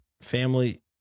family